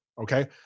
okay